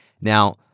now